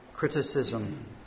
criticism